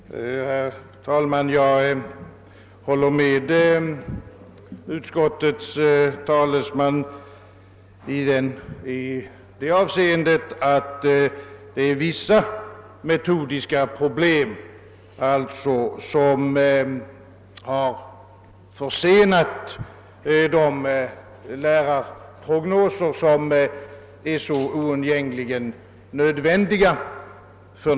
Herr talman! Jag håller med utskottets talesman om att vissa metodiska problem har försenat de lärarprognoser som för närvarande är så oundgängligen nödvändiga.